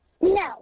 No